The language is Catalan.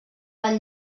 del